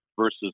versus